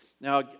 Now